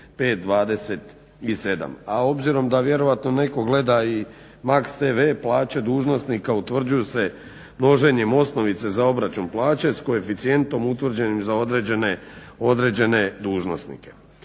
5.27, a obzirom da vjerojatno netko gleda i Max TV plaće dužnosnika utvrđuju se množenjem osnovice za obračun plaće s koeficijentom utvrđenim za određene dužnosnike.